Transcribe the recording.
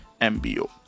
MBO